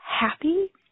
happy